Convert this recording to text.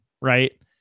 right